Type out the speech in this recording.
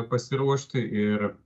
pasiruošti ir